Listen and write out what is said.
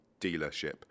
dealership